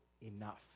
enough